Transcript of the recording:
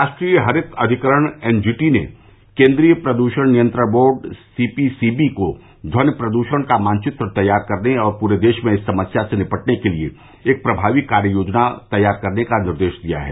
राष्ट्रीय हरित अधिकरण एनजीटी ने केंद्रीय प्रदूषण नियंत्रणबोर्ड सीपीसीबी को ध्वनि प्रदूषण का मानचित्र तैयार करने और पूरे देश में इस समस्या से निबटने के लिए एक प्रभावी कार्य योजना तैयार करने का निर्देश दिया है